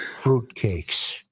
fruitcakes